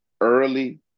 early